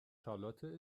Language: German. charlotte